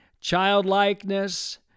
childlikeness